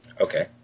Okay